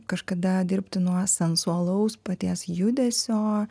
kažkada dirbti nuo sensualaus paties judesio